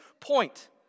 point